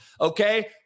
okay